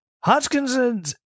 Hodgkinson's